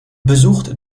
besuchte